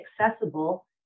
accessible